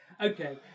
Okay